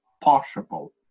possible